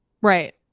Right